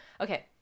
Okay